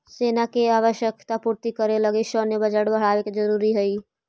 सेना के आवश्यकता पूर्ति करे लगी सैन्य बजट बढ़ावे के जरूरी हई